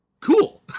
Cool